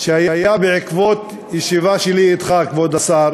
שהיה בעקבות ישיבה שלי אתך, כבוד השר,